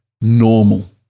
normal